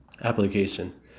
Application